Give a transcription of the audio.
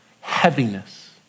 heaviness